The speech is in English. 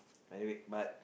anyway but